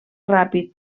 ràpid